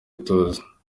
ituze